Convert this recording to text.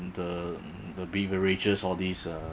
the the beverages or these uh